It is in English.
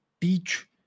teach